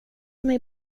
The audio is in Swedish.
mig